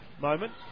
Moment